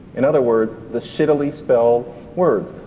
in other words, the shittily spell words.